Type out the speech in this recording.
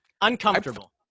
Uncomfortable